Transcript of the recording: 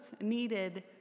needed